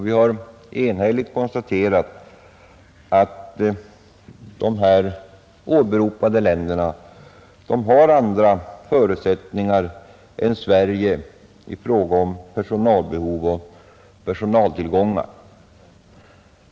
Vi har då kunnat konstatera att de åberopade länderna har andra förutsättningar än Sverige i fråga om personalbehov och personaltillgångar.